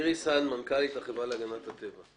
איריס האן, מנכ"לית החברה להגנת הטבע.